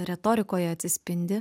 retorikoje atsispindi